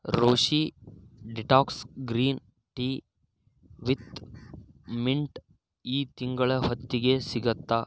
Roshy detox green tea with mint ಈ ತಿಂಗಳ ಹೊತ್ತಿಗೆ ಸಿಗುತ್ತಾ